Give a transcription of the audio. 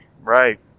Right